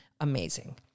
amazing